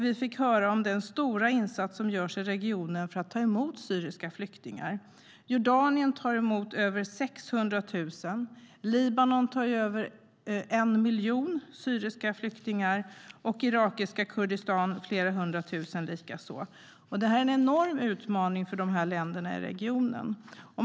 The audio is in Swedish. Vi fick höra om den stora insats som görs i regionen för att ta emot syriska flyktingar. Jordanien tar emot över 600 000, Libanon tar emot över 1 miljon syriska flyktingar och irakiska Kurdistan tar emot flera hundra tusen. Detta är en enorm utmaning för dessa länder i regionen.